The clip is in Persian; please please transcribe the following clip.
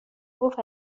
گفت